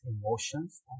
emotions